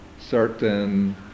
certain